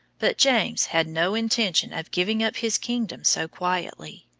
but james had no intention of giving up his kingdom so quietly.